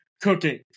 cooking